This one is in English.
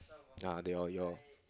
uh they all your